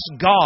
God